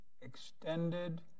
extended